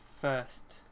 first